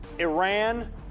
Iran